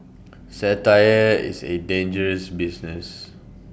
satire is A dangerous business